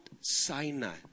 Sinai